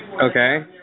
okay